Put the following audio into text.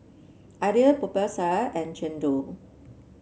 Idly Popiah Sayur and Chendol